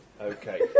Okay